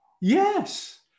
Yes